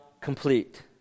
complete